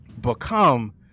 become